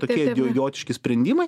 tokie idiojotiški sprendimai